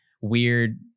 weird